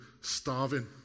starving